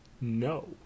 No